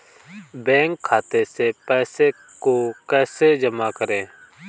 Bank खाते से पैसे को कैसे जमा करें?